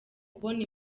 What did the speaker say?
kubona